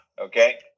Okay